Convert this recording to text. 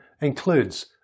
includes